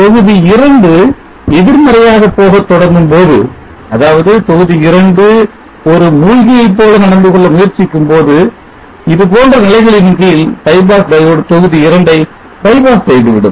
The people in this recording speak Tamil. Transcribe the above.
தொகுதி 2 எதிர்மறையாக போகத் தொடங்கும் போது அதாவது தொகுதி 2 ஒரு மூழ்கியைப் போல நடந்துகொள்ள முயற்சிக்கும்போது போன்ற நிலைகளின் கீழ் bypass diode தொகுதி இரண்டை bypass செய்யும்